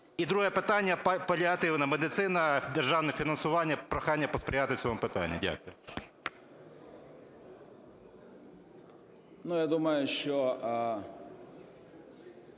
І друге питання – паліативна медицина, державне фінансування. Прохання посприяти в цьому питанні. Дякую.